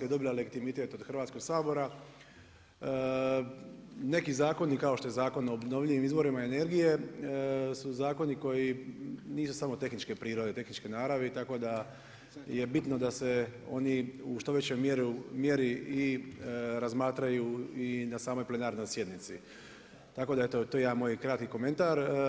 je dobila legitimitet od Hrvatskog sabora neki zakoni kao što je Zakon o obnovljivim izvorima energije su zakoni koji nisu samo tehničke prirode, tehničke naravi, tako da je bitno da se oni u što većoj mjeri i razmatraju i na samoj plenarnoj sjednici, tako da je to jedan moj kratki komentar.